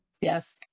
yes